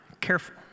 careful